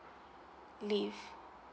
leave